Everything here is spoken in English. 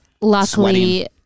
luckily